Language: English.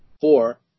Four